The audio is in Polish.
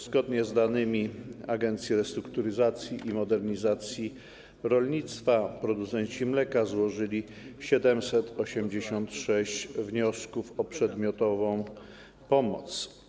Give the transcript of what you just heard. Zgodnie z danymi Agencji Restrukturyzacji i Modernizacji Rolnictwa producenci mleka złożyli 786 wniosków o przedmiotową pomoc.